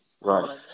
Right